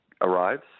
arrives